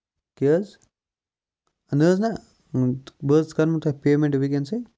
کیاہ حظ نہ حظ نہ بہٕ حظ کرو تۄہہِ پیمینٹ ؤنکیٚنسٕے